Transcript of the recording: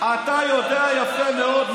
אתה יודע יפה מאוד,